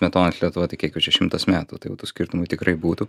smetonos lietuva tai kiek jau čia šimtas metų tai jau tų skirtumų tikrai būtų